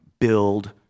build